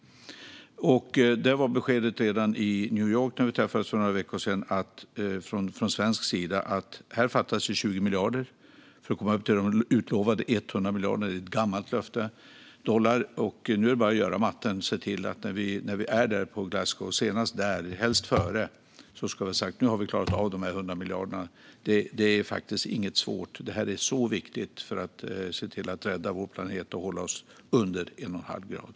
Där var beskedet från svensk sida redan när vi träffades i New York för några veckor sedan att det fattas 20 miljarder dollar för att komma upp till de utlovade 100 miljarderna - det är ett gammalt löfte. Nu är det bara att göra matten och se till att vi senast i Glasgow, men helst före, kan säga att vi har klarat de 100 miljarderna. Det är faktiskt inte svårt. Detta är så viktigt för att rädda vår planet och hålla oss under 1,5 grader.